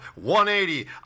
180